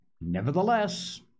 Nevertheless